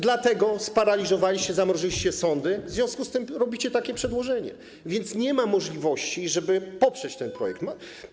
Dlatego sparaliżowaliście, zamroziliście sądy, w związku z czym robicie takie przedłożenie, więc nie ma możliwości, żeby poprzeć ten projekt.